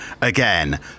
again